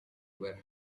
were